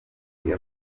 nibwo